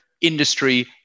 industry